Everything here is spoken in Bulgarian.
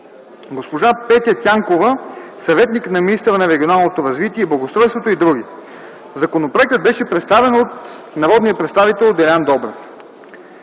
госпожа Петя Дянкова – съветник на министъра на регионалното развитие и благоустройството и др. Законопроектът беше представен от народния представител Делян Добрев.